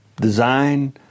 design